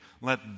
Let